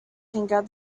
finger